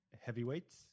Heavyweights